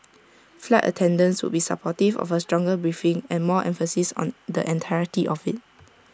flight attendants would be supportive of A stronger briefing and more emphasis on the entirety of IT